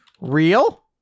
real